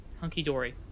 hunky-dory